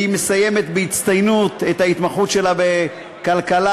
והיא מסיימת בהצטיינות את ההתמחות שלה בכלכלה.